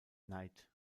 knight